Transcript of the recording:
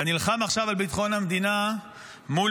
אתה נלחם עכשיו על ביטחון המדינה מול